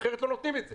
אחרת לא נותנים את זה.